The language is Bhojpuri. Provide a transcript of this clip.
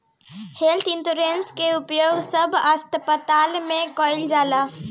हेल्थ इंश्योरेंस के उपयोग सब अस्पताल में कईल जाता